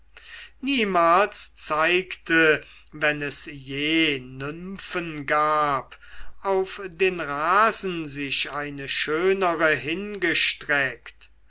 niemals zeigte wenn es je nymphen gab auf den rasen sich eine schönere hingestreckt